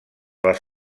les